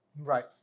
Right